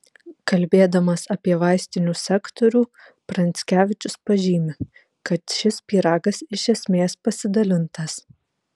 kalbėdamas apie vaistinių sektorių pranckevičius pažymi kad šis pyragas iš esmės pasidalintas